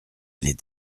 les